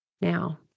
Now